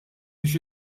biex